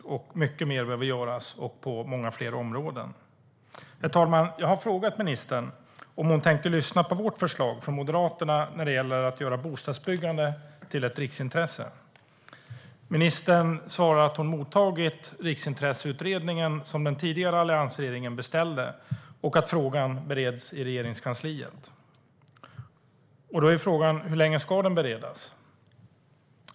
Mycket mer behöver göras och på många fler områden. Herr talman! Jag har frågat ministern om hon tänker lyssna på vårt förslag från Moderaterna när det gäller att göra bostadsbyggande till ett riksintresse. Ministern svarar att hon mottagit Riksintresseutredningens betänkande, en utredning som den tidigare alliansregeringen beställde, och att frågan bereds i Regeringskansliet. Då är frågan: Hur länge ska den beredas?